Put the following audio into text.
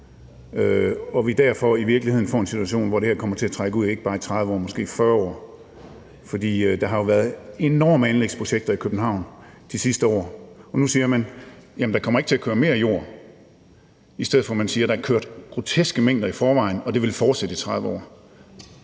og vi derfor i virkeligheden får en situation, hvor det her kommer til at trække ud, ikke bare i 30 år, men måske i 40 år. Der har jo været enorme anlægsprojekter i København de sidste år, og nu siger man, at der ikke kommer til at køre mere jord, i stedet for at sige, at der i forvejen er kørt groteske mængder, og at det vil fortsætte i 30 år.